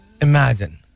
Imagine